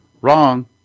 wrong